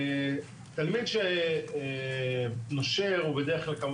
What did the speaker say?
תלמיד שנושר הוא בדרך-כלל,